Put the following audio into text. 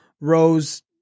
rose